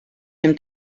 him